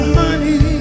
honey